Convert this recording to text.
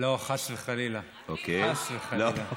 לא, חס וחלילה, חס וחלילה.